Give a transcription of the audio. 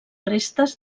restes